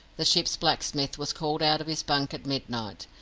the ship's blacksmith was called out of his bunk at midnight.